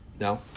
No